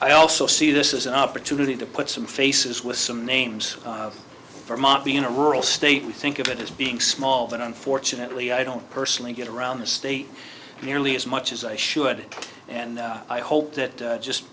i also see this is an opportunity to put some faces with some names or might be in a rural state we think of it as being small that unfortunately i don't personally get around the state nearly as much as i should and i hope that just